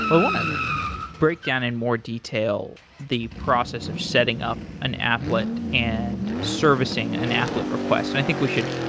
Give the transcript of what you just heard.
i want to breakdown in more detail the process of setting up an applet and servicing an applet request. i think we should